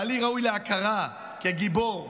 בעלי ראוי להכרה כגיבור,